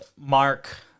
Mark